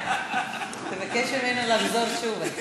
נבקש ממנו לחזור שוב.